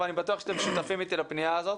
ואני בטוח שאתם שותפים איתי לפנייה הזאת,